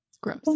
Gross